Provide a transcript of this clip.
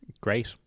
Great